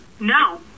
No